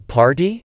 party